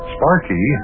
Sparky